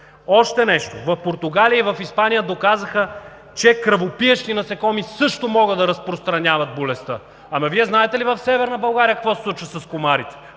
Още нещо. В Португалия и в Испания доказаха, че кръвопиещи насекоми също могат да разпространяват болестта. Ама Вие знаете ли в Северна България какво се случва с комарите,